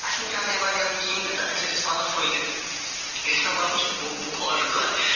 اَسہِ چھُنہٕ پٮ۪وان نیٚبَر نیرُن کِہیٖنۍ تہٕ اَمہِ سۭتۍ چھُ اسہِ واتان فٲیدٕ یُس مےٚ گۄڈنِچ بُک بُک آرڈر کٔر